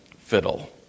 fiddle